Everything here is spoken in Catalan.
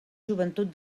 joventut